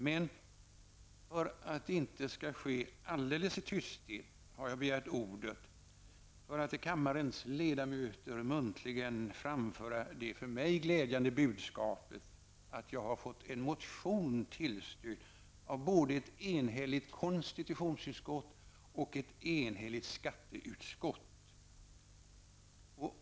Men för att det inte skall ske alldeles i tysthet har jag begärt ordet för att till kammarens ledamöter muntligen framföra det för mig glädjande budskapet att jag har fått en motion tillstyrkt av både ett enigt konstitutionsutskott och ett enigt skatteutskott.